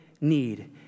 need